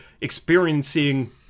experiencing